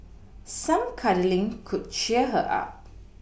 some cuddling could cheer her up